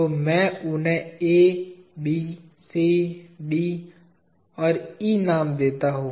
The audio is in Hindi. तो मैं उन्हें A B C D और E नाम देता हूं